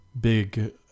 big